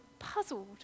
Puzzled